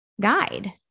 Guide